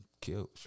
killed